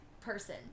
person